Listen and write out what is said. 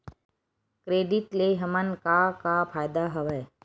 Credit ले हमन का का फ़ायदा हवय?